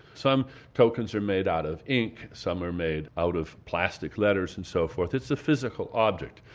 some tokens are made out of ink, some are made out of plastic letters and so forth it's a physical object,